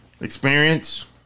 experience